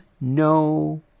no